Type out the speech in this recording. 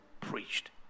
preached